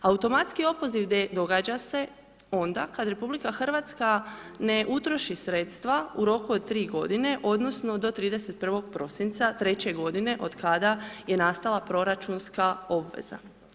Automatski opoziv događa se onda kada RH ne utroši sredstva u roku od 3 g. odnosno, do 31. prosinca treće g. od kada je nastala proračunska obveza.